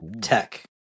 Tech